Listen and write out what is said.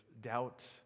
doubt